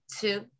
Two